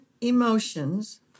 emotions